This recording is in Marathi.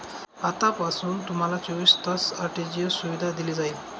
आतापासून तुम्हाला चोवीस तास आर.टी.जी.एस सुविधा दिली जाईल